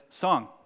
song